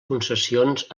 concessions